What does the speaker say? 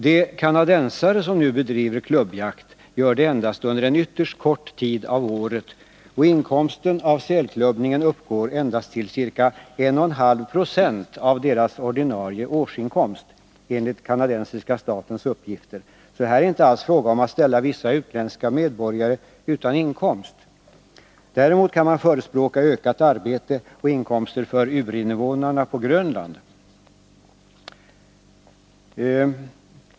De kanadensare som nu bedriver klubbjakt gör det under en ytterst kort tid av året, och inkomsten av sälklubbningen uppgår endast till ca 1,5 96 av deras ordinarie årsinkomst — enligt kanadensiska statens uppgifter. Så här är det inte alls fråga om att ställa vissa utländska medborgare utan inkomst. Däremot kan man förespråka ökat arbete och inkomster för urinvånarna på Grönland.